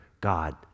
God